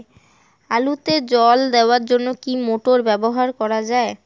আলুতে জল দেওয়ার জন্য কি মোটর ব্যবহার করা যায়?